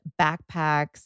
backpacks